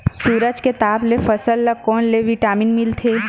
सूरज के ताप ले फसल ल कोन ले विटामिन मिल थे?